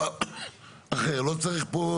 אני הייתי צריך,